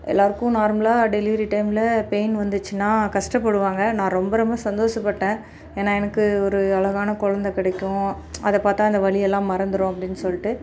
எல்லாருக்கு நார்மலாக டெலிவரி டைம்மில பெயின் வந்துச்சுன்னா கஷ்டப்படுவாங்க நான் ரொம்ப ரொம்ப சந்தோசப்பட்டேன் ஏன்னா எனக்கு ஒரு அழகான குழந்த கிடைக்கும் அதை பார்த்தா அந்த வலி எல்லாம் மறந்துரும் அப்படின்னு சொல்லிட்டு